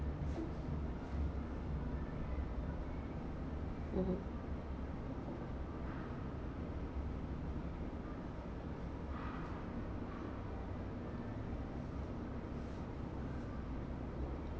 mmhmm